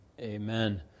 Amen